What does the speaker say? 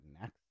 next